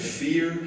fear